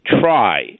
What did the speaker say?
try